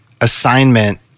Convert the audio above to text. assignment